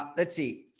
let's see.